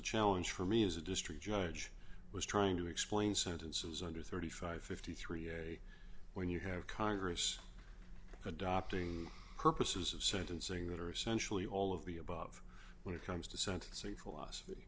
challenge for me as a district judge was trying to explain sentences under three thousand five hundred and fifty three a when you have congress adopting purposes of sentencing that are essentially all of the above when it comes to sentencing philosophy